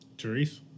Therese